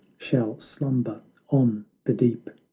shall slumber on the deep.